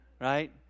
right